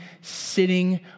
sitting